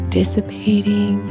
dissipating